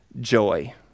joy